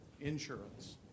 Insurance